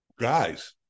guys